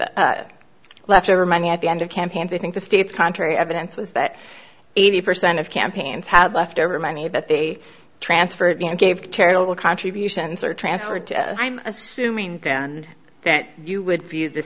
leftover money at the end of campaigns i think the state's contrary evidence was that eighty percent of campaigns had left over money that they transferred me and gave charitable contributions are transferred to i'm assuming and that you would view th